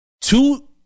two